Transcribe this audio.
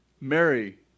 Mary